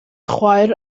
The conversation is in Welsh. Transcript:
chwaer